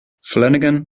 flanagan